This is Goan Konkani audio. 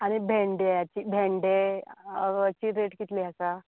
आनी भेंड्याची भेंड्याची रेट कितली आसा